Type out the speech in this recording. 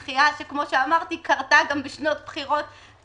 זאת דחייה שקרתה גם בשנות בחירות קודמות,